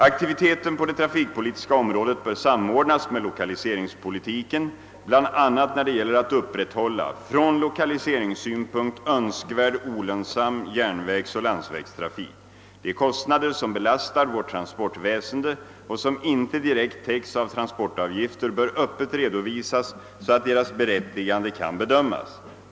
Aktiviteten på det trafikpolitiska området bör samordnas med lokaliseringspolitiken bl.a. när det gäller att upprätthålla från = lokaliseringssynpunkt önskvärd olönsam järnvägsoch landsvägstrafik. De kostnader som belastar vårt transportväsende och som inte direkt täcks av transportavgifter bör öppet redovisas så att deras berättigande kan bedömas.